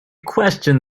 questioned